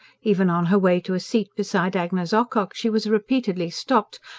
even on her way to a seat beside agnes ocock she was repeatedly stopped,